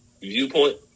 viewpoint